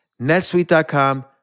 netsuite.com